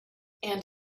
and